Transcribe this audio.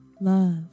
love